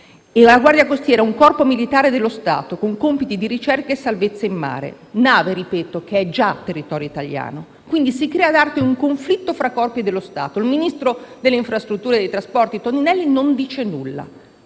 la Guardia costiera è un Corpo militare dello Stato con compiti di ricerca e salvataggio in mare e ripeto che tale nave è già territorio italiano. Si crea quindi ad arte un conflitto fra Corpi dello Stato: il ministro delle infrastrutture e dei trasporti Toninelli non dice nulla,